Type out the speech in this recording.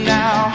now